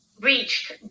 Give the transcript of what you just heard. reached